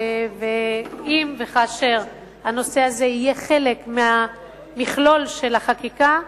ואם וכאשר הנושא הזה יהיה חלק ממכלול החקיקה,